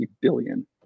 billion